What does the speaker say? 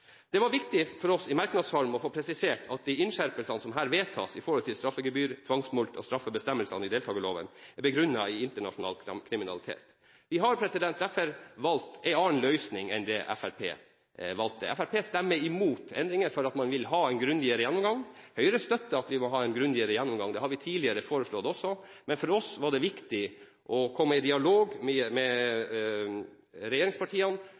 Det er viktig for oss å få presisert i merknads form at de innskjerpelsene som her vedtas om straffegebyr, tvangsmulkt og straffebestemmelsene i deltakerloven, er begrunnet i internasjonal kriminalitet. Vi har derfor valgt en annen løsning enn det Fremskrittspartiet har valgt. Fremskrittspartiet stemmer imot endringer, man vil ha en grundigere gjennomgang. Høyre støtter at vi må ha en grundigere gjennomgang – det har vi også tidligere foreslått. Men for oss er det viktig å komme i dialog med regjeringspartiene,